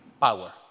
power